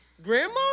Grandma